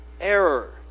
error